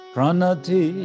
Pranati